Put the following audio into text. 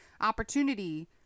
opportunity